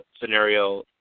scenario